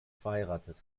verheiratet